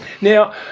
Now